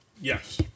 Yes